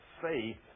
faith